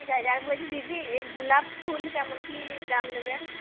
ঠিক আছে আর বলছি দিদি এই গুলাপ ফুল কেমন কী দাম নেবেন